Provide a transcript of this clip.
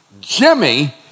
Jimmy